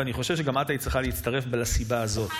ואני חושב שגם את היית צריכה להצטרף לסיבה הזאת,